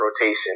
rotation